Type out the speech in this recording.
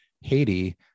Haiti